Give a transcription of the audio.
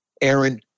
Aaron